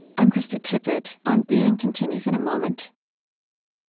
i'm krista tippett. on being continues in a moment